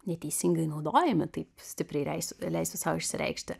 neteisingai naudojami taip stipriai reisiu leisiu sau išsireikšti